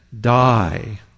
die